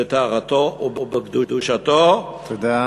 בטהרתו ובקדושתו, תודה.